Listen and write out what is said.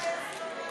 של קבוצת